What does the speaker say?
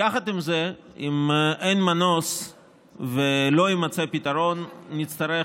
יחד עם זה, אם אין מנוס ולא יימצא פתרון, נצטרך